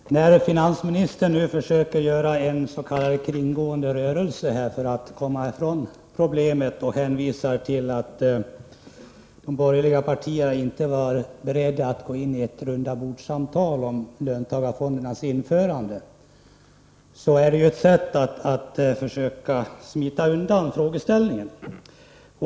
Herr talman! När finansministern nu försöker göra en s.k. kringgående rörelse för att komma ifrån problemet genom att hänvisa till att de borgerliga partierna inte var beredda att delta i något rundabordssamtal om löntagarfondernas införande, är detta ett sätt att försöka smita undan frågeställningen.